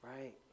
Right